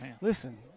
listen